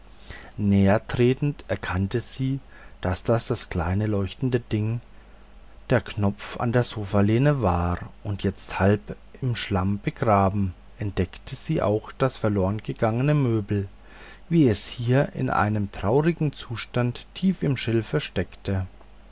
näher tretend erkannte sie daß das kleine leuchtende ding der knopf an der sofalehne war und jetzt halb im schlamme begraben entdeckte sie auch das verlorengegangene möbel wie es hier in einem traurigen zustande tief im schilfe steckte